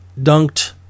dunked